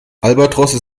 albatrosse